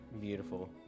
Beautiful